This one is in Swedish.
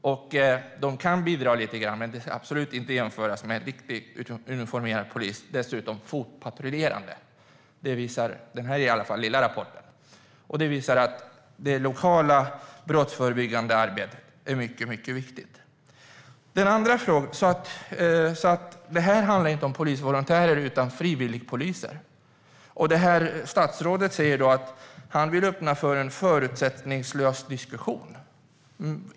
De kan bidra lite grann, men det kan absolut inte jämföras med riktig, uniformerad och dessutom fotpatrullerande polis. Det visar i alla fall den här lilla rapporten. Det visar att det lokala brottsförebyggande arbetet är mycket viktigt. Detta handlar alltså inte om polisvolontärer utan om frivilligpoliser. Statsrådet säger att han vill öppna för en förutsättningslös diskussion.